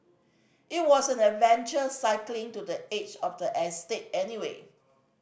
it was an adventure cycling to the edge of the estate anyway